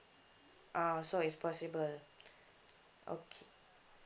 ah so it's possible okay